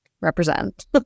represent